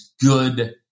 good